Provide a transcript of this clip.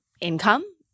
income